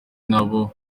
n’abo